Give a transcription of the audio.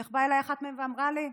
ואיך באה אליי אחת מהן ואמרה לי?